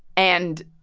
and